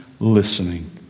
listening